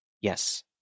Yes